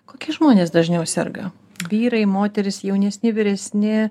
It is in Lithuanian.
kokie žmonės dažniau serga vyrai moterys jaunesni vyresni